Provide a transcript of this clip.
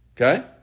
Okay